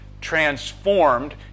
transformed